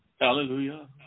Hallelujah